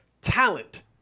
talent